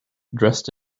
dressed